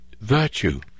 virtue